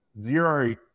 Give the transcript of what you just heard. zero